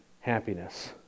happiness